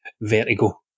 Vertigo